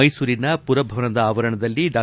ಮೈಸೂರಿನ ಪುರಭವನದ ಆವರಣದಲ್ಲಿ ಡಾ